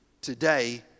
today